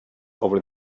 over